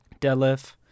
deadlift